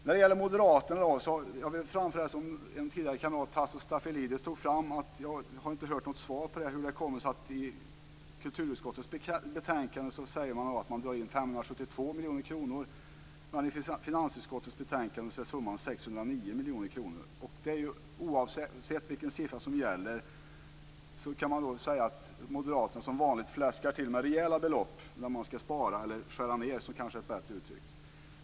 När det gäller moderaterna har jag inte hört något svar på det som min partikamrat Tasso Stafilidis tog upp, nämligen hur det kommer sig att man i kulturutskottets betänkande säger att man drar in 572 miljoner kronor medan summan i finansutskottets betänkande är 609 miljoner kronor. Oavsett vilken siffra som gäller kan man säga att moderaterna som vanligt fläskar till med rejäla belopp när man skall spara - eller skära ned, vilket kanske är ett bättre uttryck.